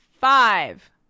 Five